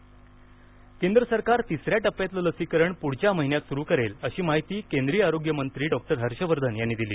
तिसऱ्या टप्प्यातलं लसीकरण केंद्र सरकार तिसऱ्या टप्प्यातलं लसीकरण पुढच्या महिन्यात सुरू करेल अशी माहिती केंद्रीय आरोग्यमंत्री डॉक्टर हर्षवर्धन यांनी दिली